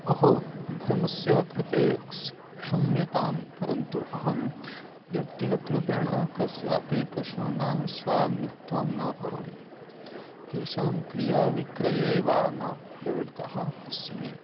अहो भ्रमस्य कृते क्षम्यतां परन्तु अहं व्यक्तिगतरूपेण कस्यापि पशूनां स्वामित्वं न करोमि तेषां क्रयविक्रये वा न प्रवृत्तः अस्मि